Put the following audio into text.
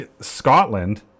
Scotland